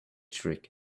trick